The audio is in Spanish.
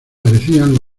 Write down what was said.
parecían